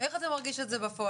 איך אתה מרגיש את זה בפועל?